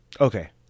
Okay